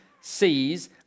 sees